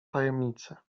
tajemnicę